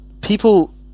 people